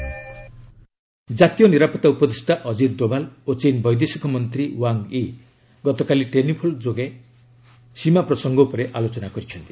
Doval Wang Yi talk ଜାତୀୟ ନିରାପତ୍ତା ଉପଦେଷ୍ଟା ଅଜିତ୍ ଡୋଭାଲ୍ ଓ ଚୀନ୍ ବୈଦେଶିକ ମନ୍ତ୍ରୀ ୱାଙ୍ଗ୍ ୟି ଗତକାଲି ଟେଲିଫୋନ୍ ଯୋଗେ ସୀମା ପ୍ରସଙ୍ଗ ଉପରେ ଆଲୋଚନା କରିଛନ୍ତି